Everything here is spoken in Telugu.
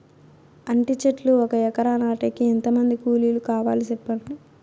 అంటి చెట్లు ఒక ఎకరా నాటేకి ఎంత మంది కూలీలు కావాలి? సెప్పండి?